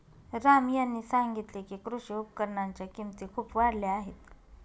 राम यांनी सांगितले की, कृषी उपकरणांच्या किमती खूप वाढल्या आहेत